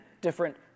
Different